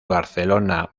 barcelona